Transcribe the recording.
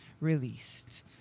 released